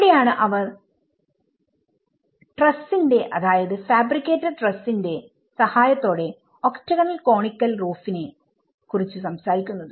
അവിടെയാണ് അവർ ട്രസ്സിന്റെ അതായത് ഫാബ്രിക്കേറ്റഡ് ട്രസ്സിന്റെ സഹായത്തോടെ ഒക്ടഗണൽ കോണിക്കൽ റൂഫിനെ കുറിച്ച് സംസാരിക്കുന്നത്